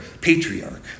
patriarch